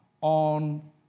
on